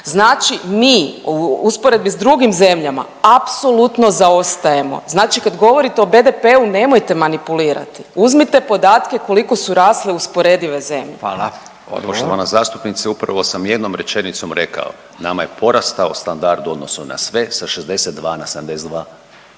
znači mi u usporedbi s drugim zemljama apsolutno zaostajemo. Znači kad govorite o BDP-u nemojte manipulirati uzmite podatke koliko su rasle usporedive zemlje. **Radin, Furio (Nezavisni)** Hvala. Odgovor. **Bujanović, Hrvoje** Poštovana zastupnice upravo sam jednom rečenicom rekao. Nama je porastao standard u odnosu na sve sa 62 na 72.